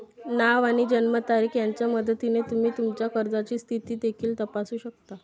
नाव आणि जन्मतारीख यांच्या मदतीने तुम्ही तुमच्या कर्जाची स्थिती देखील तपासू शकता